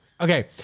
Okay